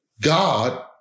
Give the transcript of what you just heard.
God